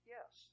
Yes